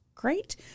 Great